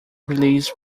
released